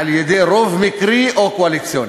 על-ידי רוב מקרי או קואליציוני.